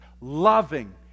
Loving